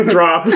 Drop